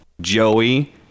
joey